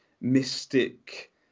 mystic